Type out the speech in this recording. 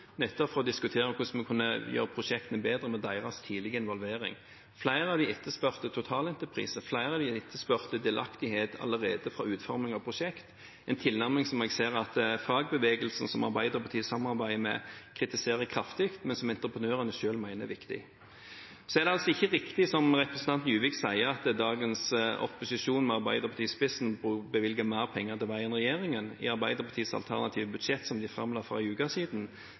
for nettopp å diskutere hvordan vi kunne gjøre prosjektene bedre med deres tidlige involvering. Flere av dem etterspurte totalenterprise, flere av dem etterspurte delaktighet allerede fra utformingen av prosjekt – en tilnærming som jeg ser at fagbevegelsen som Arbeiderpartiet samarbeider med, kritiserer kraftig, men som entreprenørene selv mener er viktig. Det er ikke riktig som representanten Juvik sier, at dagens opposisjon, med Arbeiderpartiet i spissen, bevilger mer penger til vei enn regjeringen. I Arbeiderpartiets alternative budsjett, som de fremla for en uke siden,